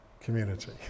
community